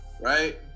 right